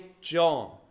John